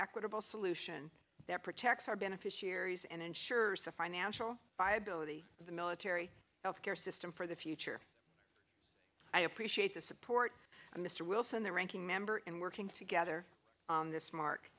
equitable solution that protects our beneficiaries and insurers a financial viability of the military health care system for the future i appreciate the support of mr wilson the ranking member and working together on this mark